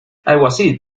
alguacil